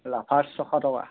Lafarge ছশ টকা